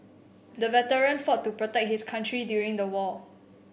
the veteran fought to protect his country during the war